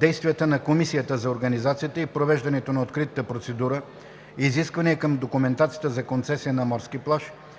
действията на Комисията за организацията и провеждането на откритата процедура; изисквания към документацията за концесия на морски плаж;